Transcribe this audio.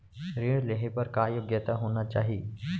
ऋण लेहे बर का योग्यता होना चाही?